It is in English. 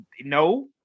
no